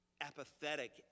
apathetic